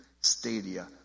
stadia